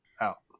out